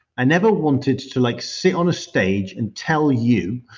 i never wanted to like sit on a stage and tell you,